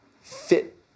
fit